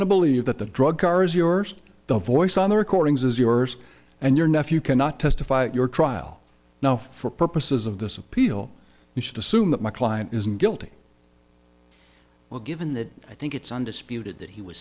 to believe that the drug car is yours the voice on the recordings is yours and your nephew cannot testify at your trial now for purposes of this appeal you should assume that my client isn't guilty well given that i think it's undisputed that he was